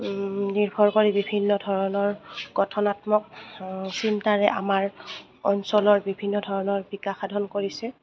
নিৰ্ভৰ কৰি বিভিন্ন ধৰণৰ গঠনাত্মক চিন্তাৰে আমাৰ অঞ্চলৰ বিভিন্ন ধৰণৰ বিকাশ সাধন কৰিছে